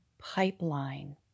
pipeline